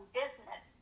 business